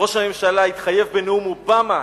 ראש הממשלה התחייב בנאום אובמה,